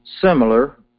similar